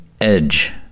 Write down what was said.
edge